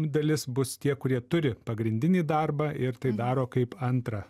dalis bus tie kurie turi pagrindinį darbą ir tai daro kaip antrą